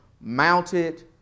mounted